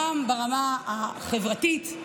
גם ברמה החברתית,